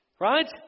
right